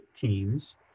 teams